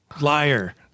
liar